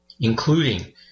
including